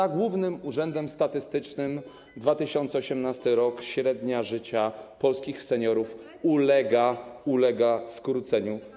Za Głównym Urzędem Statystycznym - w 2018 r. średnia życia polskich seniorów ulega skróceniu.